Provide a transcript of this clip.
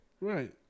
Right